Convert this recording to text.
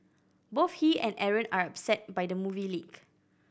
both he and Aaron are upset by the movie leak